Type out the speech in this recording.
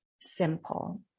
simple